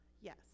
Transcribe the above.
Yes